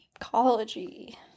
Ecology